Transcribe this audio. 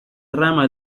rama